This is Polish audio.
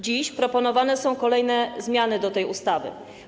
Dziś proponowane są kolejne zmiany w tej ustawie.